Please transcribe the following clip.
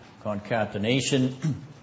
concatenation